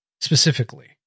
specifically